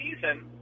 season